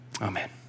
Amen